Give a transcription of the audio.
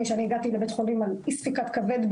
שהגעתי לבית החולים על אי ספיקת כבד,